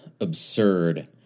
absurd